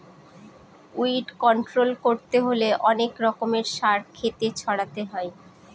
weed control করতে হলে অনেক রকমের সার ক্ষেতে ছড়াতে হয়